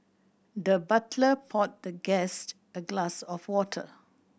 the butler poured the guest a glass of water